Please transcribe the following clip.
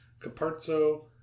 Caparzo